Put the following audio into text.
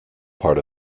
part